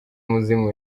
umuzimu